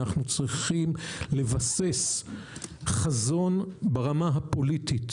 אנחנו צריכים לבסס חזון ברמה הפוליטית,